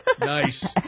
Nice